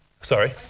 Sorry